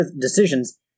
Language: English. decisions